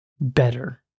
better